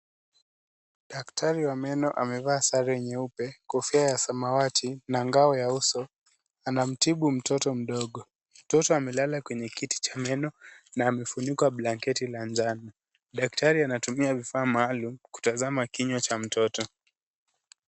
Daktari wa meno amevaa sare nyeupa, kofia ya samawati na ngao ya uso. Anamtibu mtoto mdogo. Mtoto amelala kwenye kiti cha meno na amefunikwa blanketi la njano. Daktari anatumia vifaa maalum kutazama kinywa cha mtoto.